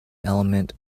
element